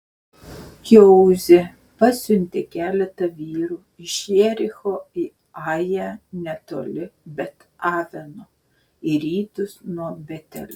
jozuė pasiuntė keletą vyrų iš jericho į ają netoli bet aveno į rytus nuo betelio